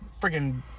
freaking